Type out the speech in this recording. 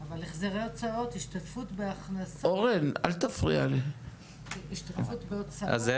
אבל החזרי הוצאות, השתתפות בהוצאות --- זה מענק.